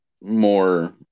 more